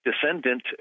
descendant